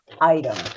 item